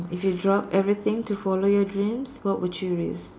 if you drop everything to follow your dreams what would you risk